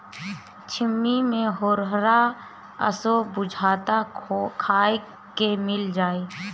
छिम्मी के होरहा असो बुझाता खाए के मिल जाई